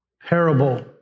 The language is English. parable